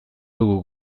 dugu